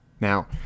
Now